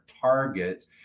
targets